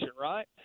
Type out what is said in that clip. right